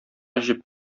җеп